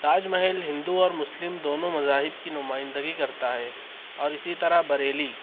تاج محل ہندو اور مسلم دونوں مذاہب کی نمائندگی کرتا ہے اور اسی طرح بریلی